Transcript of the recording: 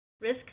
Risk